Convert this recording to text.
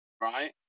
Right